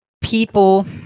people